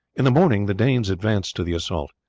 in the morning the danes advanced to the assault.